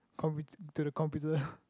compu~ to the computer